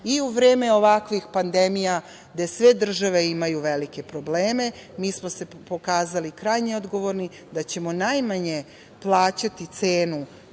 i u vreme ovakve pandemije gde sve države imaju velike probleme mi smo se pokazali krajnje odgovorni da ćemo najmanje plaćati cenu